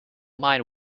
mind